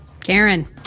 Karen